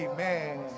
Amen